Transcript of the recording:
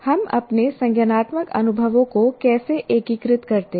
हम अपने संज्ञानात्मक अनुभवों को कैसे एकीकृत करते हैं